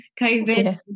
COVID